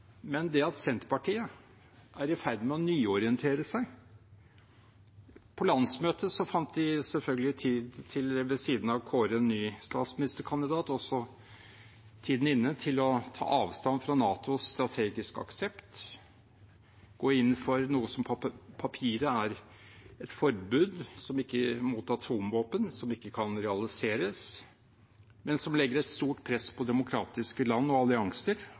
men Senterpartiet er i ferd med å nyorientere seg. På landsmøtet fant de, ved siden av å kåre ny statsministerkandidat, selvfølgelig, tiden inne til å ta avstand fra NATOs strategiske konsept og gå inn for noe som på papiret er et forbud mot atomvåpen, som ikke kan realiseres, men som legger et stort press på demokratiske land og allianser